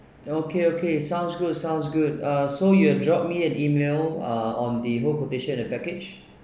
okay okay sounds good sounds good ah so you'll drop me an email ah on the whole quotation and the package